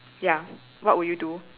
ya what would you do